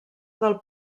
del